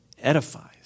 edifies